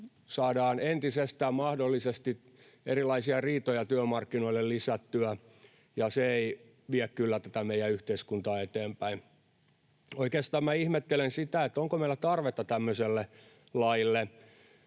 Saadaan entisestään mahdollisesti lisättyä erilaisia riitoja työmarkkinoille, ja se ei kyllä vie tätä meidän yhteiskuntaamme eteenpäin. Oikeastaan minä ihmettelen sitä, onko meillä tarvetta tämmöiselle laille.